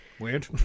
Weird